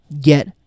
get